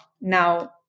now